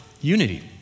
unity